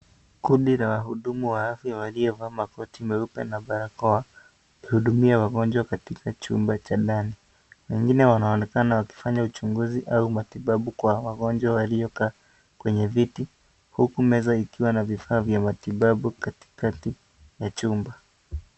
Kundi la wahudumu wa afya waliovaa makoti meupe, na barakoa, wakihudumia wagonjwa katika chumba cha ndani, wengine wanaonekana wakifanya uchunguzi au matibabu kwa wagonjwa waliokaa, kwenye viti, huku meza ikiwa na vifaa vya matibabu kati kati ya chumba.